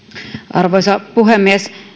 arvoisa puhemies